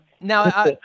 Now